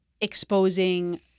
exposing